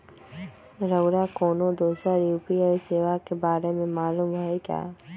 रउरा कोनो दोसर यू.पी.आई सेवा के बारे मे मालुम हए का?